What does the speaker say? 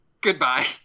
Goodbye